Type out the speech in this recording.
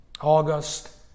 August